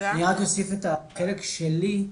אני רק אוסיף את החלק שלי.